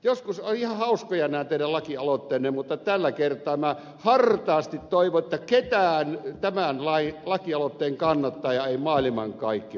joskus ovat ihan hauskoja nämä teidän lakialoitteenne mutta tällä kertaa minä hartaasti toivon että ketään tämän lakialoitteen kannattajaa ei maailmankaikkeudesta löydy